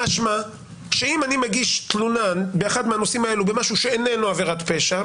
משמע שאם אני מגיש תלונה באחד מהנושאים האלה במשהו שאיננו עבירת פשע,